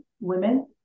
women